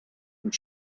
und